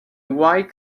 white